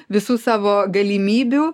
visų savo galimybių